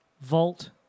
vault